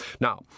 Now